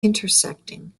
intersecting